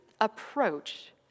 approach